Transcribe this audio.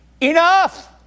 Enough